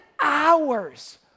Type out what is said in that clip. hours